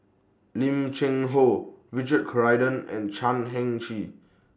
Lim Cheng Hoe Richard Corridon and Chan Heng Chee